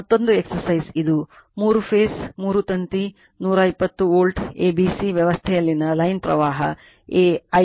ಮತ್ತೊಂದು ಎಕ್ಸರ್ಸೈಜ್ ಇದು ಮೂರು ಫೇಸ್ ಮೂರು ತಂತಿ 220 ವೋಲ್ಟ್ a b c ವ್ಯವಸ್ಥೆಯಲ್ಲಿನ ಲೈನ್ ಪ್ರವಾಹ Ia